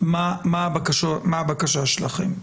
מה הבקשה שלכם.